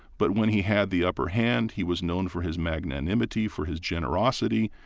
but when he had the upper hand, he was known for his magnanimity, for his generosity.